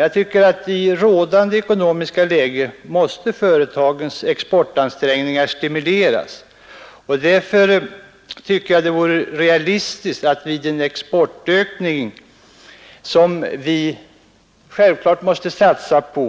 Jag tycker emellertid att företagens exportansträngningar måste stimuleras i rådande ekonomiska läge. Därför vore det realistiskt om vi vid den exportökning, som vi självfallet måste satsa på,